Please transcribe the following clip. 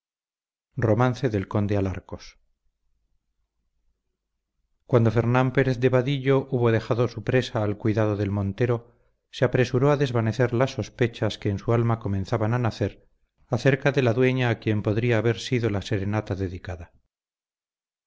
cuando fernán pérez de vadillo hubo dejado su presa al cuidado del montero se apresuró a desvanecer las sospechas que en su alma comenzaban a nacer acerca de la dueña a quien podría haber sido la serenata dedicada